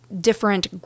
different